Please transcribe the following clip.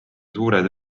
suured